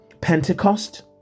Pentecost